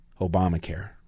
Obamacare